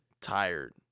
tired